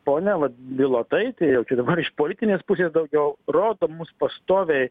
ponia vat bilotaitė jau čia dabar iš politinės pusės daugiau rodo mus pastoviai